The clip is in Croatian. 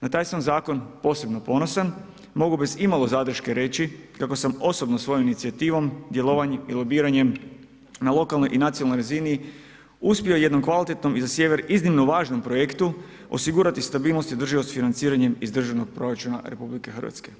Na taj sam zakon posebno ponosan mogu bez imalo zadrške reći, kako sam osobno svojim inicijativom, djelovanjem, lobiranjem na lokalnoj i na nacionalnoj razini, uspjeli jednom kvalitetnom i za Sjever iznimno važnom projektu osigurati stabilnost i održivost financiranje iz državnog proračuna RH.